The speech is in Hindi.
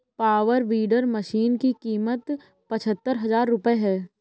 पावर वीडर मशीन की कीमत पचहत्तर हजार रूपये है